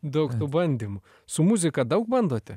daug bandymų su muzika daug bandote